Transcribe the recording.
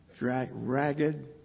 Ragged